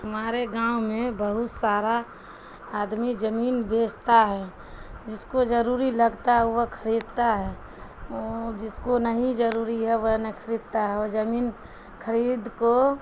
ہمارے گاؤں میں بہت سارا آدمی جمین بیچتا ہے جس کو جضروری لگتا ہے وہ خریدتا ہے جس کو نہیں جضروری ہے وہ نہ خریدتا ہے اور جمین کرید کو